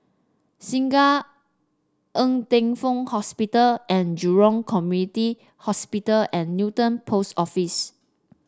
Segar Ng Teng Fong Hospital and Jurong Community Hospital and Newton Post Office